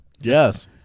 yes